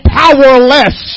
powerless